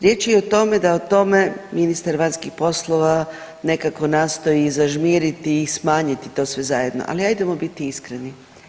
Riječ je o tome da o tome ministar vanjskih poslova nekako nastoji i zažmiriti i smanjiti to sve zajedno, ali ajdemo biti iskreni.